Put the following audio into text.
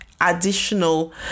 additional